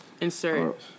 Insert